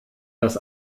das